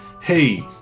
hey